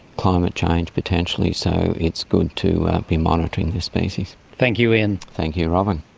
climate change potentially. so it's good to be monitoring the species. thank you ian. thank you robyn.